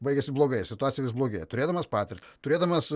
baigiasi blogai situacija vis blogėja turėdamas patirtį turėdamas